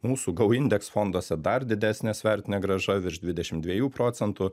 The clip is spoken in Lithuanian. mūsų go indeks fonduose dar didesnė svertinė grąža virš dvidešimt dviejų procentų